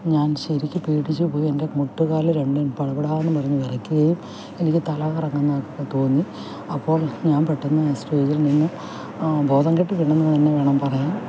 ഞാന് ശരിക്ക് പേടിച്ച് പോയി എന്റെ മുട്ട്കാല് രണ്ടും പടപടാന്നും പറഞ്ഞ് വിറയ്ക്കുകയും എനിക്ക് തല കറങ്ങുന്നത് എന്ന് തോന്നി അപ്പം ഞാന് പെട്ടെന്ന് സ്റ്റേജില് നിന്ന് ബോധംകെട്ട് വീണെന്ന് തന്നെ വേണം പറയാന്